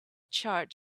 chart